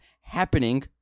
happening